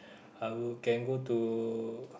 I will can go to